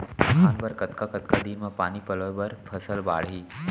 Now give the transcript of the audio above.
धान बर कतका कतका दिन म पानी पलोय म फसल बाड़ही?